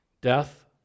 Death